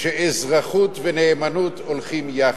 שאזרחות ונאמנות הולכות יחד,